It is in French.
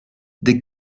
des